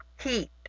heat